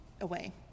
away